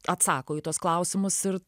atsako į tuos klausimus ir